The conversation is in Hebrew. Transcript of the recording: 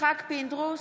יצחק פינדרוס,